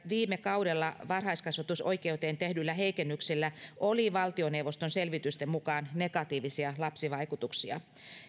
viime kaudella varhaiskasvatusoikeuteen tehdyllä heikennyksellä oli valtioneuvoston selvitysten mukaan negatiivisia lapsivaikutuksia